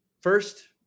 First